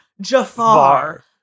Jafar